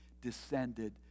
descended